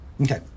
Okay